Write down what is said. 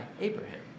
Abraham